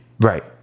Right